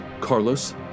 Carlos